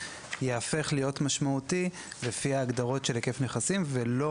יהפוך להיות משמעותי לפי ההגדרות של היקף נכסים ולא